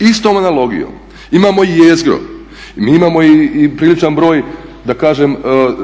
istom analogijom. Imamo jezgro, mi imamo i priličan broj da kažem